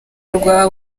rwa